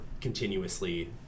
continuously